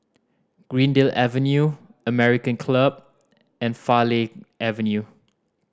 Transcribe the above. Greendale Avenue American Club and Farleigh Avenue